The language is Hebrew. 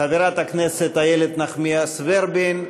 חברת הכנסת איילת נחמיאס ורבין,